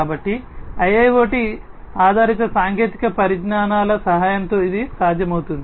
కాబట్టి IIoT ఆధారిత సాంకేతిక పరిజ్ఞానాల సహాయంతో ఇది సాధ్యమవుతుంది